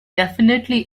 definitely